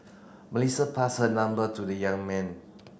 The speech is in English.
Melissa passed her number to the young man